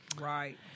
Right